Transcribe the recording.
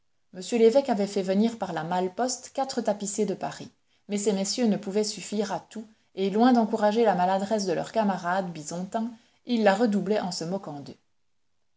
m l'évêque avait fait venir par la malle-poste quatre tapissiers de paris mais ces messieurs ne pouvaient suffire à tout et loin d'encourager la maladresse de leurs camarades bison tins ils la redoublaient en se moquant d'eux